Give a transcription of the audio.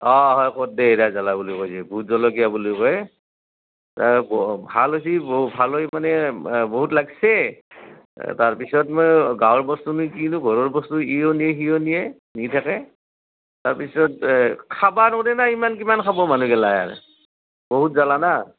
অ হয় দে কদ্দেই জলা বুলি কয় যি ভোট জলকীয়া বুলিও কয় ভাল হৈছি বহু ভাল হৈছি মানে বহুত লাগচে তাৰ পিছত মই গাৱৰ বস্তুনো কিনো ঘৰৰ বস্তু ইয়ো নিয়ে সিয়ো নিয়ে নি থাকে তাৰ পিছত খাবা নৰেই না ইমান কিমান খাব মানুহ গিলা আৰ বহুত জালা না